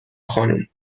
خانم